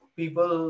people